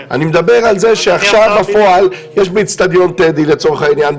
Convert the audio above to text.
אני מדבר על זה שעכשיו בפועל יש באצטדיון טדי לצורך העניין,